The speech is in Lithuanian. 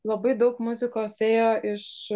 labai daug muzikos ėjo iš